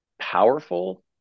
powerful